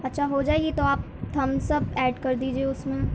اچّھا ہو جائے گی تو آپ تھمس اپ ایڈ کر دیجیے اس میں